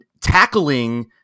tackling